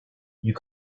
you